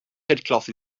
headcloth